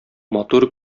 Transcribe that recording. матур